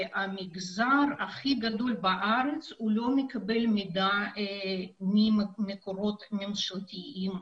שהמגזר הכי גדול בארץ לא מקבל מידע ממקורות ממשלתיים.